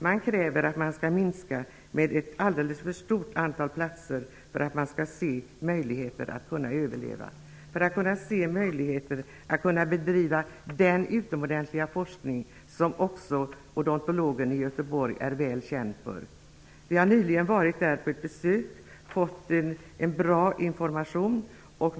Man kräver en alldeles för stor minskning av antalet platser för att faktulteten skall se möjligheter att kunna överleva och bedriva den utomordentliga forskning som också den odontologiska fakulteten i Göteborg är väl känd för. Vi har nyligen varit där på besök och fått en bra information.